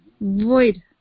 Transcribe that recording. void